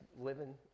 living